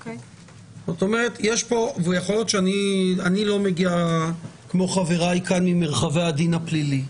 אני לא מגיע כמו חבריי כאן ממרחבי הדין הפלילי,